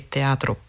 Teatro